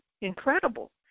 incredible